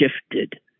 shifted